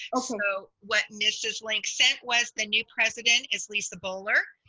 so what mrs. lenk said was the new president is lisa bowler.